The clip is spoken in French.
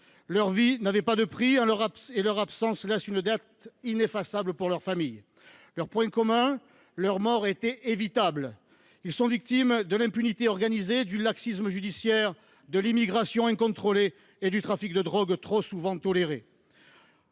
Leur vie n’avait pas de prix et leur absence laisse une dette ineffaçable à l’égard de leur famille. Ils ont un point commun : leur mort était évitable. Ils sont les victimes de l’impunité organisée, du laxisme judiciaire, de l’immigration incontrôlée et du trafic de drogue trop souvent toléré.